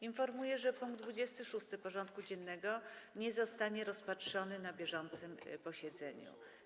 Informuję, że punkt 26. porządku dziennego nie zostanie rozpatrzony na bieżącym posiedzeniu.